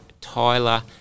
Tyler